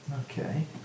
Okay